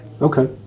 Okay